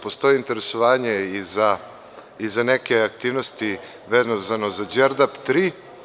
Postoji interesovanje i za neke aktivnosti vezano za „Đerdap 3“